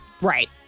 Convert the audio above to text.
Right